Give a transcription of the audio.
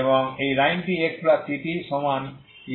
এবং এই লাইনটি xct সমান 0